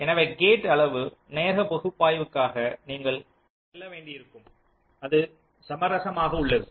எனவே கேட் அளவு நேரபகுப்பாய்வுக்காக நீங்கள் செல்ல வேண்டியிருக்கும் அது சமரசமாக உள்ளது